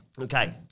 Okay